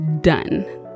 done